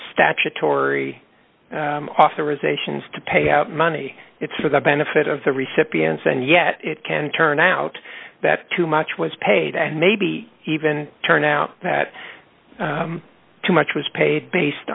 statutory authorization to pay out money it's for the benefit of the recipients and yet it can turn out that too much was paid and maybe even turn out that too much was paid based